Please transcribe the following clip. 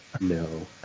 no